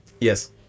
Yes